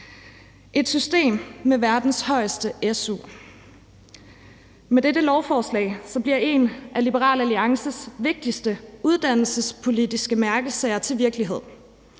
et system med verdens højeste su. Med dette lovforslag bliver en af Liberal Alliances vigtigste uddannelsespolitiske mærkesager til virkelighed.